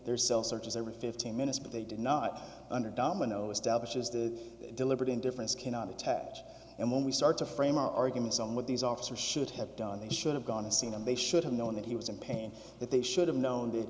their self searches every fifteen minutes but they did not under domino establishes the deliberate indifference cannot attach and when we start to frame our argument somewhat these officers should have done they should have gone to see them they should have known that he was in pain that they should have known that